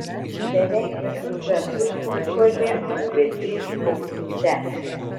beveik visus garsus užgožė ūžesys ausyse